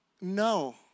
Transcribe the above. no